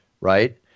right